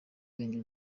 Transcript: irengero